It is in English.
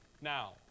Now